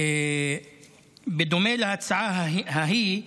בדומה להצעה ההיא,